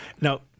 Now